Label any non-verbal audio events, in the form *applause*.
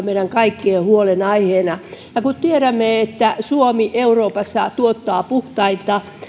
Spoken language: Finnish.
*unintelligible* meidän kaikkien huolen aiheena kun tiedämme että suomi euroopassa tuottaa puhtainta